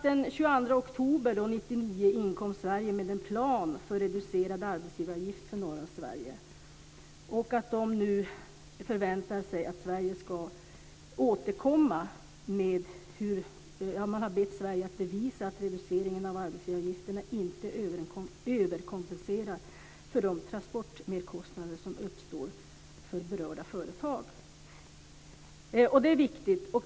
Den 22 oktober 1999 inkom Sverige med en plan för reducerad arbetsgivaravgift för norra Sverige. Nu förväntar de sig att Sverige ska återkomma och bevisa att reduceringen av arbetsgivaravgifterna inte överkompenserar för de transportmerkostnader som uppstår för berörda företag. Det är viktigt.